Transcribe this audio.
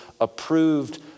approved